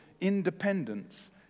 independence